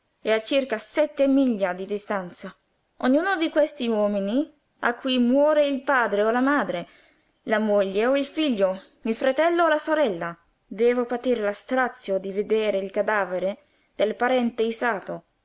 è a circa sette miglia di distanza ognuno di questi uomini a cui muore il padre o la madre la moglie o il figlio il fratello o la sorella deve patir lo strazio di vedere il cadavere del parente issato